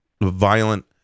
violent